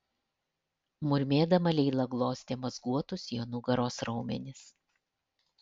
murmėdama leila glostė mazguotus jo nugaros raumenis